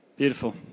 Beautiful